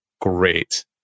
Great